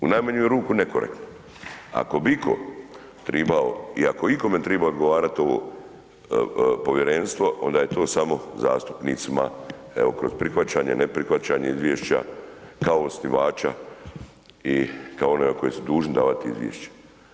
U najmanju je ruku nekorektno, ako bi iko tribao i ako ikome triba odgovarati ovo povjerenstvo onda je to samo zastupnicima evo kroz prihvaćanje, neprihvaćanje izvješća, kao osnivača i kao onoga koji su dužni davati izvješće.